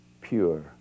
pure